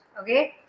okay